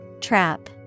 Trap